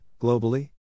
globally